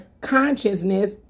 consciousness